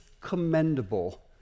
commendable